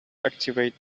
activate